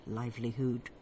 livelihood